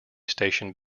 station